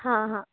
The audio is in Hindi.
हाँ हाँ